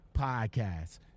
podcast